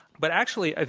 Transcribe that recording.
but actually,